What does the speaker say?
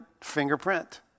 fingerprint